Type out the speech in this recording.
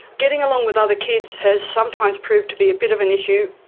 getting along with other kids has sometimes proved to be a bit of an issue,